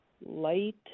light